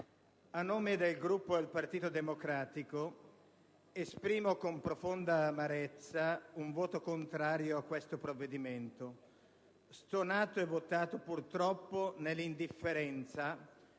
a nome del Gruppo del Partito Democratico esprimo con profonda amarezza un voto contrario a questo provvedimento, stonato e votato, purtroppo, nell'indifferenza